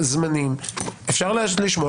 אפשר לשמוע.